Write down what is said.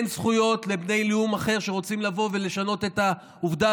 אין זכויות לבני לאום אחר שרוצים לבוא ולשנות את העובדה